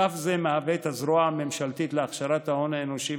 אגף זה מהווה את הזרוע הממשלתית להכשרת ההון האנושי